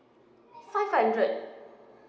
five hundred